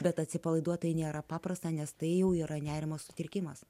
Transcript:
bet atsipalaiduoti nėra paprasta nes tai jau yra nerimo sutrikimas